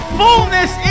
fullness